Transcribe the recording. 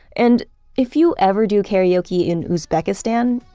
and if you ever do karaoke in uzbekistan,